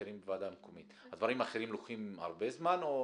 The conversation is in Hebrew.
הדברים האחרים לוקחים הרבה זמן או